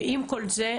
ועם כל זה,